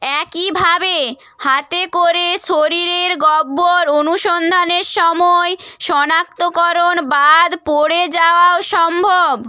একইভাবে হাতে করে শরীরের গর্ভের অনুসন্ধানের সময় শনাক্তকরণ বাদ পড়ে যাওয়াও সম্ভব